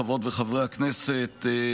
חברות וחברי הכנסת,